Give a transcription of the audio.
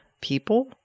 people